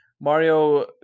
Mario